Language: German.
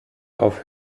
auf